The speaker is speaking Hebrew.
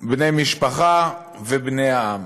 בני משפחה ובני העם.